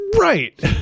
Right